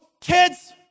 kids